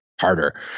harder